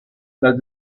las